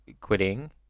quitting